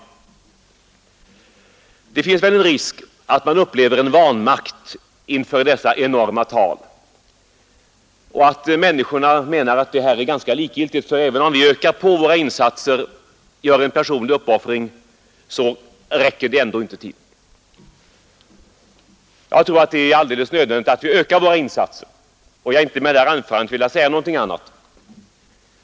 Det finns väl en risk för att man upplever en vanmakt inför dessa enorma tal och att människorna känner likgiltighet, därför att, även om vi ökar våra insatser, gör en personlig uppoffring, räcker det ändå inte till. Jag tror att det är alldeles nödvändigt att vi ökar våra insatser, och jag har inte med det här anförandet velat säga någonting annat.